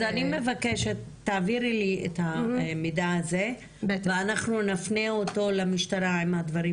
אז אני מבקשת שתעבירי לי את המידע הזה ואנחנו נפנה אותו למשטרה עם הדברים